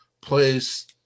place